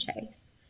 Chase